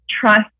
trust